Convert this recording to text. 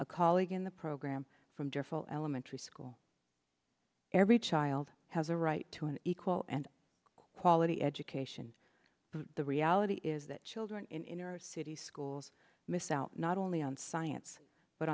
a colleague in the program from jeff all elementary school every child has a right to an equal and quality education but the reality is that children in inner city schools miss out not only on science but